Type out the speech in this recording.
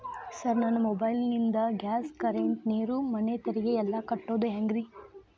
Sir ನನ್ನ mobile ನಿಂದ gas, current, ನೇರು, ಮನೆ ತೆರಿಗೆ ಎಲ್ಲಾ ಕಟ್ಟೋದು ಹೆಂಗ್ರಿ?